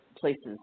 places